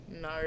No